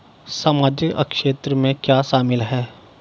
सामाजिक क्षेत्र में क्या शामिल है?